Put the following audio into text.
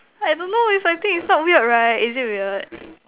I don't know is I think it's not weird right is it weird